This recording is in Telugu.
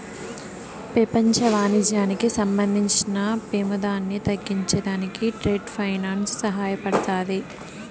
పెపంచ వాణిజ్యానికి సంబంధించిన పెమాదాన్ని తగ్గించే దానికి ట్రేడ్ ఫైనాన్స్ సహాయపడతాది